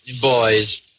boys